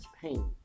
pain